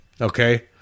okay